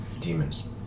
demons